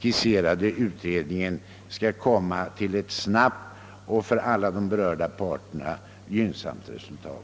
skisserade utredning skall nå ett snabbt och för alla parter gynnsamt resultat.